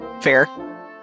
fair